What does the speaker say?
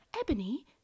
Ebony